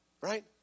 Right